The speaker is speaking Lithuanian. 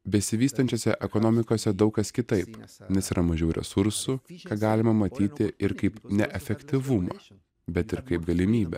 besivystančiose ekonomikose daug kas kitaip nes yra mažiau resursų ką galima matyti ir kaip neefektyvumą bet ir kaip galimybę